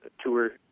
tour